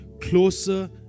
closer